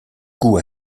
goût